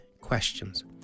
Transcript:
questions